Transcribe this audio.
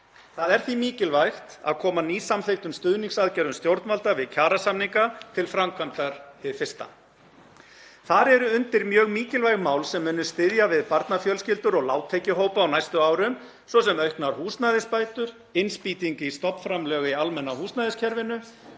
Það er því mikilvægt að koma nýsamþykktum stuðningsaðgerðum stjórnvalda við kjarasamninga til framkvæmdar hið fyrsta. Þar eru undir mjög mikilvæg mál sem munu styðja við barnafjölskyldur og lágtekjuhópa á næstu árum, svo sem auknar húsnæðisbætur, innspýting í stofnframlög í almenna húsnæðiskerfinu,